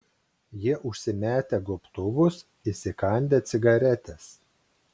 jie užsimetę gobtuvus įsikandę cigaretes